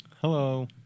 Hello